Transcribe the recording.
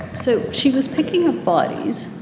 so she was picking up bodies,